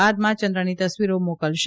બાદમાં ચંદ્રની તસવીરો મોકલશે